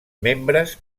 membres